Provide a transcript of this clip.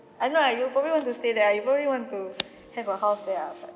I know ah you'll probably want to stay there you probably want to have a house there ah but